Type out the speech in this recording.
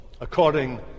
according